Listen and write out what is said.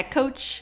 coach